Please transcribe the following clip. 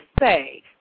say